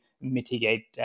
mitigate